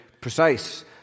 precise